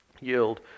yield